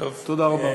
תודה רבה.